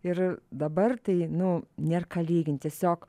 ir dabar tai nu nėr ką lygint tiesiog